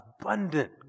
Abundant